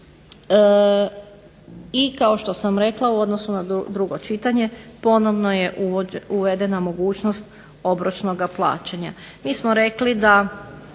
I kao što sam rekla u odnosu na drugo čitanje, ponovno je uvedena mogućnost obročnog plaćanja. Mi smo rekli da